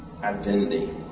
identity